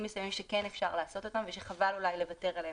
מסוימים שכן אפשר לעשות אותם ושחבל לוותר עליהם.